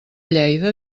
lleida